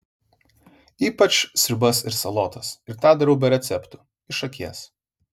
ypač sriubas ir salotas ir tą darau be receptų iš akies